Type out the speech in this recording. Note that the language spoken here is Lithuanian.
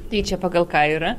tai čia pagal ką yra